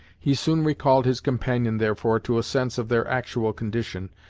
he soon recalled his companion, therefore, to a sense of their actual condition,